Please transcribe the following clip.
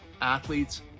athletes